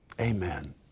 amen